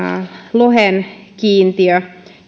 lohen kiintiö